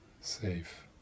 safe